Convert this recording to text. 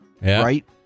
Right